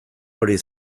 hori